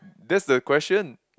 that's the question